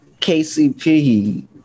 KCP